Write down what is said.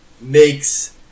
makes